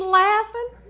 laughing